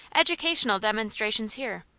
educational demonstrations here.